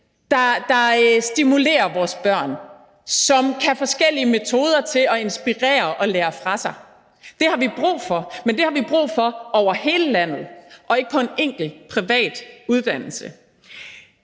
der stimulerer vores børn, og som kan forskellige metoder til at inspirere og lære fra sig. Det har vi brug for, men det har vi brug for over hele landet og ikke på en enkelt privat uddannelse.